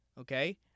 Okay